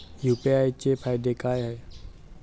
UPI चे फायदे काय?